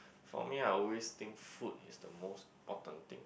for me I will always think food is the most important thing